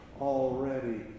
already